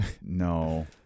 no